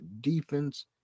defense